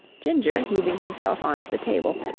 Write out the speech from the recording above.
ginger, heaving himself on to the table,